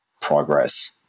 progress